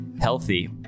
healthy